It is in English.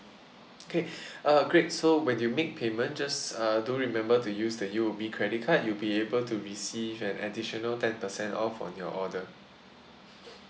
okay uh great so when you make payment just uh do remember to use the U_O_B credit card you'll be able to receive an additional ten percent off on your order